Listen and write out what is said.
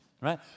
right